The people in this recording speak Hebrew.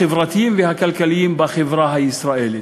החברתיים והכלכליים בחברה הישראלית.